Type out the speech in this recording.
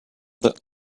that